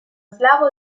slavo